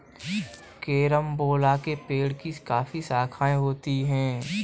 carambola के पेड़ की काफी शाखाएं होती है